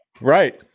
Right